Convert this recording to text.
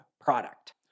product